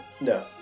No